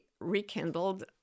rekindled